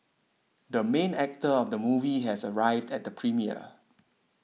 the main actor of the movie has arrived at the premiere